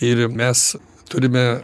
ir mes turime